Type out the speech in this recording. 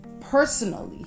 personally